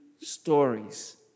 stories